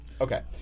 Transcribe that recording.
Okay